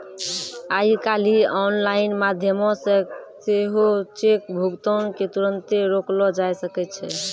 आइ काल्हि आनलाइन माध्यमो से सेहो चेक भुगतान के तुरन्ते रोकलो जाय सकै छै